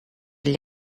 gli